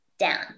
down